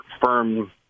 firm